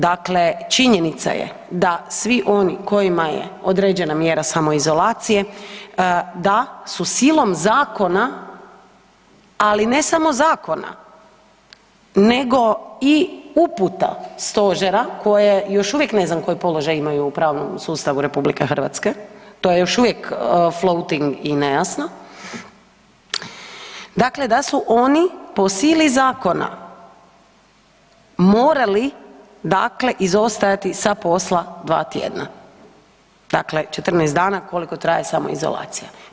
Dakle, činjenica je da svi oni kojima je određena mjera samoizolacije da su silom zakona, ali ne samo zakona, nego i uputa stožera koje, još uvijek ne znam koji položaj imaju u pravnom sustavu RH, to je još uvijek flauting i nejasno, dakle da su oni po sili zakona morali dakle izostajati sa posla dva tjedna, dakle 14 dana koliko traje samoizolacija.